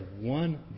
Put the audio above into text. one